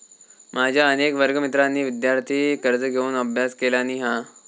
माझ्या अनेक वर्गमित्रांनी विदयार्थी कर्ज घेऊन अभ्यास केलानी हा